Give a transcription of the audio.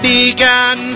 began